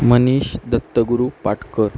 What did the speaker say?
Manish Dattaguru Patkar